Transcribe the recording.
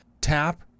tap